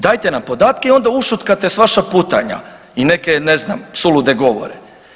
Dajete nam podatke i onda ušutkate sva šaputanja i neke ne znam sulude govore.